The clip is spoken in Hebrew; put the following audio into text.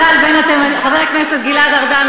חבר הכנסת גלעד ארדן,